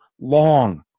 long